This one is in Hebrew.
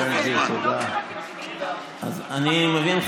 אז אני מבין,